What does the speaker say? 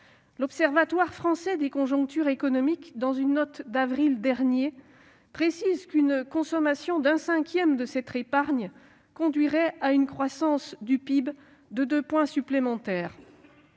L'Observatoire français des conjonctures économiques, dans une note d'avril dernier, précise qu'une consommation d'un cinquième de cette épargne conduirait à une croissance du PIB de 2 points supplémentaires.